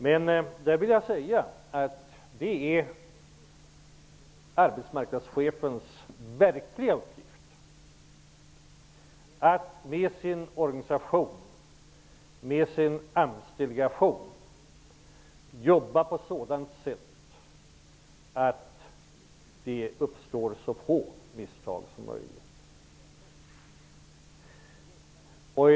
Det är Arbetsmarknadsstyrelsens chefs verkliga uppgift att med hjälp av sin organisation och sin AMS-delegation jobba på sådant sätt att det uppstår så få misstag som möjligt.